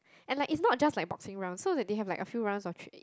and like is not just like boxing round so that they have like a few rounds actually